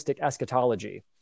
eschatology